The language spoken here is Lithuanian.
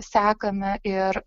sekame ir